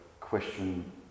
question